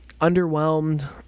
underwhelmed